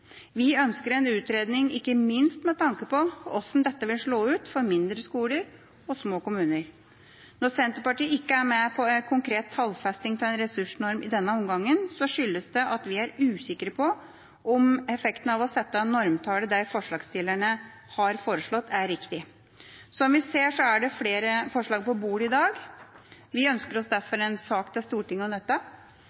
Vi ønsker en utredning ikke minst med tanke på hvordan dette vil slå ut for mindre skoler og små kommuner. Når Senterpartiet ikke er med på en konkret tallfesting av en ressursnorm i denne omgang, skyldes det at vi er usikre på om effekten av å sette normtallet der forslagsstillerne har foreslått, er riktig. Som vi ser, er det flere forslag på bordet i dag. Vi ønsker oss derfor en sak til Stortinget om dette.